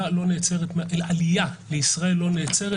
עלייה לישראל לא נעצרת.